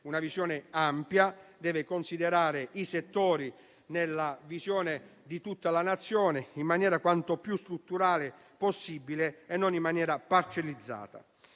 una visione ampia e considerare i settori nella visione dell'intera Nazione in maniera quanto più strutturale possibile e non parcellizzata.